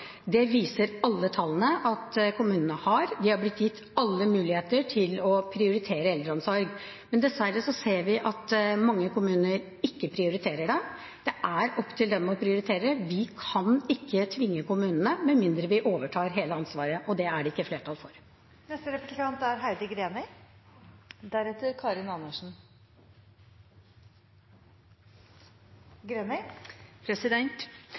det viser alle tallene at kommunene har. De har blitt gitt alle muligheter til å prioritere eldreomsorg. Men dessverre ser vi at mange kommuner ikke prioriterer det. Det er opp til dem å prioritere, vi kan ikke tvinge kommunene med mindre vi overtar hele ansvaret, og det er det ikke flertall for.